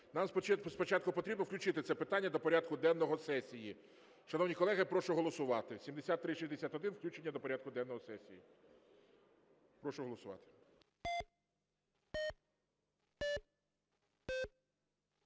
Нам спочатку потрібно включити це питання до порядку денного сесії. Шановні колеги, прошу голосувати, 7361, включення до порядку денного сесії. Прошу голосувати.